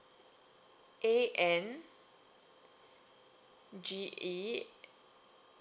A N G E